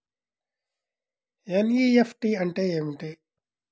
NEFT అంటే ఏమిటీ?